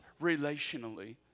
relationally